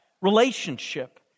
relationship